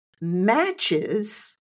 matches